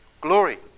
glory